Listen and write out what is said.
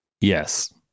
Yes